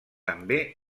també